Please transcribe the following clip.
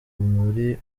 muri